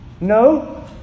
No